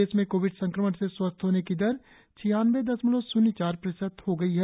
देश में कोविड संक्रमण से स्वस्थ होने की दर छियानवें दशमलव शून्य चार प्रतिशत हो गई है